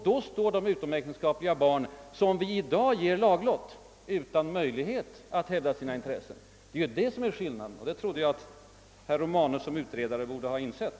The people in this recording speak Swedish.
Då står de utomäktenskapliga barn som vi i dag ger laglott utan möjlighet att hävda sina intressen. Det var just det jag ville framhålla, och det trodde jag att herr Romanus som utredare borde ha insett.